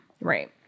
right